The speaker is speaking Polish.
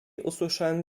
usłyszałem